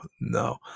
no